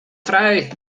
frei